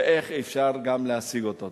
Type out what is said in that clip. ואיך אפשר גם להשיג אותו.